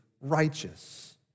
righteous